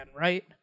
right